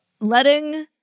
letting